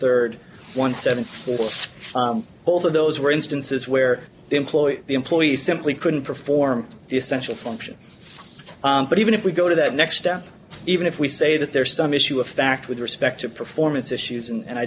third one seven four both of those were instances where the employer the employee simply couldn't perform the essential functions but even if we go to that next step even if we say that there's some issue of fact with respect to performance issues and